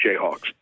Jayhawks